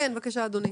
בבקשה, אדוני.